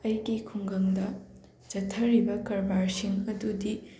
ꯑꯩꯒꯤ ꯈꯨꯡꯒꯪꯗ ꯆꯠꯊꯔꯤꯕ ꯀꯔꯕꯥꯔꯁꯤꯡ ꯑꯗꯨꯗꯤ